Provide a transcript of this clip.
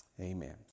Amen